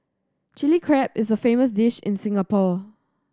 Chilli Crab is a famous dish in Singapore